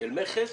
של מכס